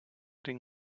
den